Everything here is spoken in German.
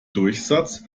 durchsatz